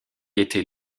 était